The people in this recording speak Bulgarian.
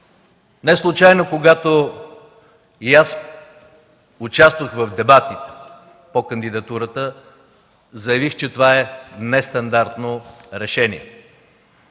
Неслучайно, когато и аз участвах в дебатите по кандидатурата, заявих, че това е нестандартно решение